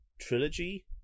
trilogy